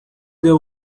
there